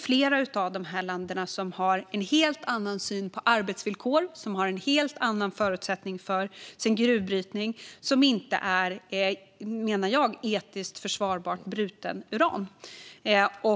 Flera av länderna har en helt annan syn på arbetsvillkor och helt andra förutsättningar för sin gruvbrytning och har inte, menar jag, etiskt försvarbart bruten uran.